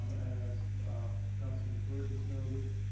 um and as councilman burgess noted,